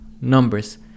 numbers